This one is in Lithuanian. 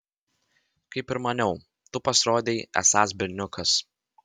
kaip ir maniau tu pasirodei esąs berniukas